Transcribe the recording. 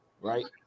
right